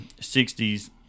60s